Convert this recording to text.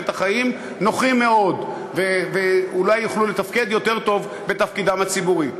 את החיים נוחים מאוד ואולי הן יוכלו לתפקד יותר טוב בתפקידן הציבורי.